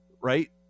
Right